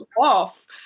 off